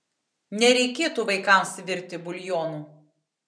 nereikėtų vaikams virti buljonų